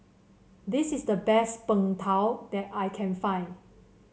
this is the best Png Tao that I can find